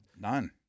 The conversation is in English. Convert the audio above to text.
None